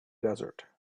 desert